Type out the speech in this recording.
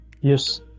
Yes